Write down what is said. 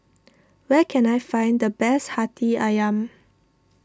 where can I find the best Hati Ayam